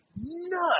nuts